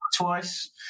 Twice